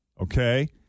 Okay